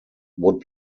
would